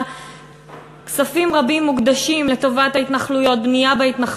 כספים רבים מוקדשים לטובת ההתנחלויות,